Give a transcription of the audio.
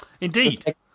Indeed